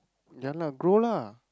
ya lah grow lah